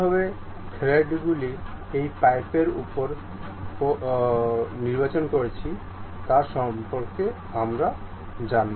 পরবর্তী ক্লাসে আমরা কীভাবে পাইপগুলি হলোও পাইপগুলি তৈরি করতে হবে কীভাবে থ্রেডগুলি এই পাইপের ওপর করতে হবে তা সম্পর্কে জানব